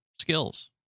skills